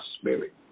spirit